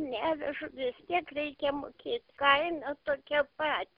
neveža vis tiek reikia mokėt kaina tokia pat